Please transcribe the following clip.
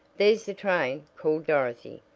there's the train, called dorothy,